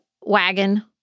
wagon